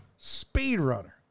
speedrunner